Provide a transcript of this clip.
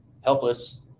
helpless